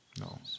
No